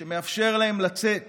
שמאפשר להם לצאת